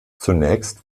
zunächst